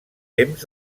temps